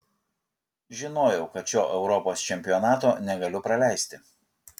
žinojau kad šio europos čempionato negaliu praleisti